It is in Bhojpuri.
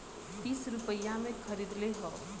तीस रुपइया मे खरीदले हौ